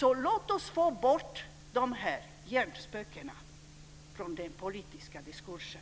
Låt oss få bort dessa hjärnspöken från den politiska diskursen.